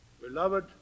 Beloved